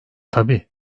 tabii